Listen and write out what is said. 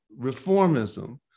reformism